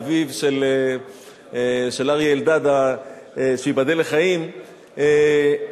אביו של אריה אלדד שייבדל לחיים,